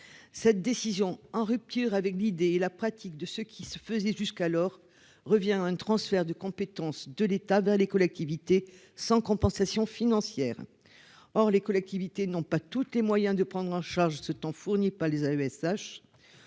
cette décision, en rupture avec l'idée et la pratique de ce qui se faisait jusqu'alors revient à un transfert de compétences de l'État, les collectivités sans compensation financière, or les collectivités n'ont pas toutes les moyens de prendre en charge ce temps fournis par les AESH